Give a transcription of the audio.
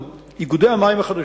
שאיגודי המים החדשים,